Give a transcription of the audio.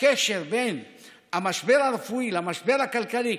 לקשר בין המשבר הרפואי למשבר הכלכלי,